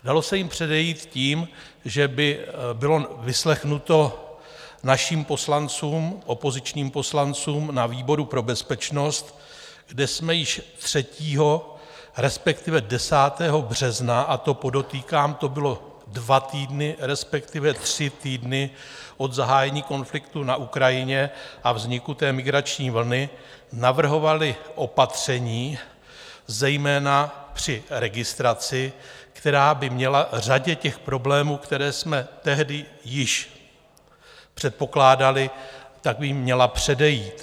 Dalo se jim předejít tím, že by byli vyslechnuti naši poslanci, opoziční poslanci na výboru pro bezpečnost, kde jsme již 3., respektive 10. března a podotýkám, to bylo dva týdny, respektive tři týdny od zahájení konfliktu na Ukrajině a vzniku migrační vlny navrhovali opatření zejména při registraci, která by měla řadě těch problémů, které jsme tehdy již předpokládali, předejít.